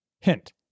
Hint